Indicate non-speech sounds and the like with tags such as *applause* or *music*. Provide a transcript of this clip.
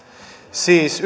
siis *unintelligible*